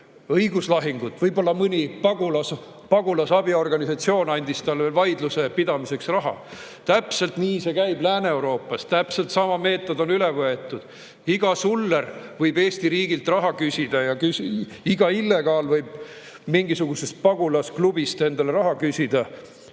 õiguslahingut. Võib-olla andis mõni pagulasabiorganisatsioon talle veel vaidluse pidamiseks raha. Täpselt nii see käib Lääne-Euroopas, täpselt sama meetod on üle võetud. Iga suller võib Eesti riigilt raha küsida ja iga illegaal võib mingisugusest pagulasklubist raha küsida,